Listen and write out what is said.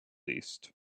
least